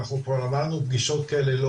אנחנו גם עברנו פגישות כאלה,